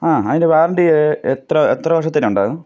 ആ അതിൻ്റെ വാറൻറ്റി എത്ര എത്ര വർഷത്തേന് ഉണ്ടാകും